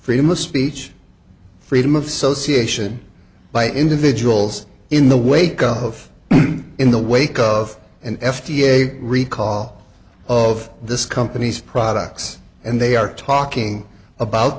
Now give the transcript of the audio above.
freedom of speech freedom of so ca sion by individuals in the wake of in the wake of an f d a recall of this company's products and they are talking about